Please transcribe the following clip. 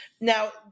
Now